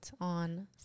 on